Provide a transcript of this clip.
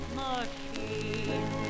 machine